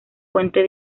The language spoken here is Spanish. fuente